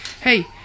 hey